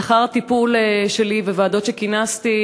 לאחר הטיפול שלי בוועדות שכינסתי,